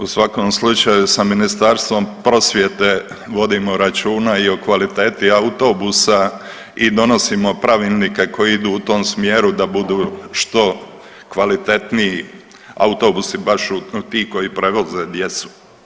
U svakom slučaju, sa Ministarstvom prosvjete vodimo računa i o kvaliteti autobusa i donosimo pravilnike koji idu u tom smjeru da budu što kvalitetniji autobusi baš u tih koji prevoze djecu.